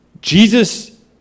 Jesus